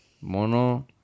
Mono